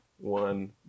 one